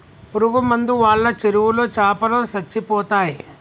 పురుగు మందు వాళ్ళ చెరువులో చాపలో సచ్చిపోతయ్